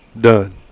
done